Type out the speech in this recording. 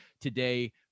today